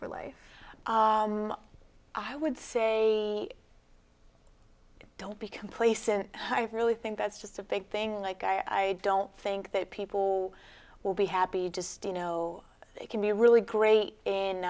for life i would say don't be complacent really think that's just a big thing like i don't think that people who will be happy just you know it can be really great